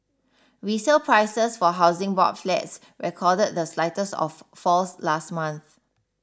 resale prices for Housing Board flats recorded the slightest of falls last month